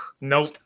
Nope